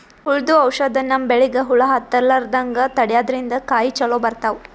ಹುಳ್ದು ಔಷಧ್ ನಮ್ಮ್ ಬೆಳಿಗ್ ಹುಳಾ ಹತ್ತಲ್ಲ್ರದಂಗ್ ತಡ್ಯಾದ್ರಿನ್ದ ಕಾಯಿ ಚೊಲೋ ಬರ್ತಾವ್